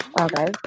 Okay